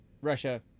Russia